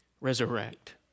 resurrect